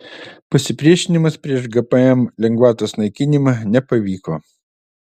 pasipriešinimas prieš gpm lengvatos naikinimą nepavyko